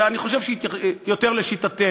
אלא אני חושב שיותר לשיטתנו.